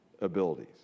abilities